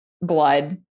blood